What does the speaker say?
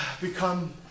become